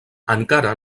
encara